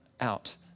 out